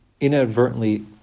inadvertently